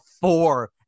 four